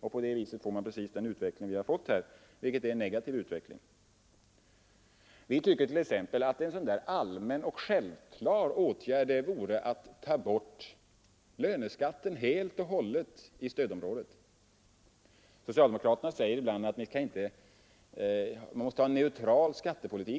Det är på det sättet man får precis en sådan negativ utveckling som också ägt rum. Vi tycker t.ex. att en allmän och självklar åtgärd vore att helt ta bort löneskatten i stödområdet. Socialdemokraterna säger ibland att man måste ha en ”neutral skattepolitik”.